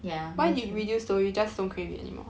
ya